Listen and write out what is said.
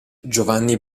giovanni